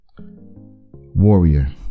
Warrior